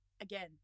Again